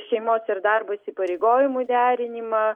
šeimos ir darbo įsipareigojimų derinimą